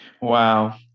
Wow